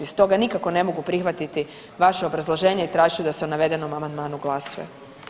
Stoga nikako ne mogu prihvatiti vaše obrazloženje i tražit ću da se o navedenom amandmanu glasuje.